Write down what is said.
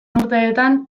urteetan